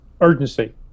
urgency